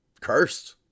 cursed